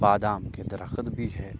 بادام کے درخت بھی ہے